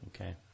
Okay